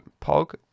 Pog